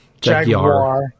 Jaguar